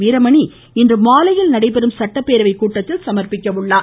வீரமணி இன்று மாலையில் நடைபெறும் சட்டப்பேரவைக் கூட்டத்தில் சமா்ப்பிக்க உள்ளார்